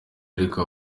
ariko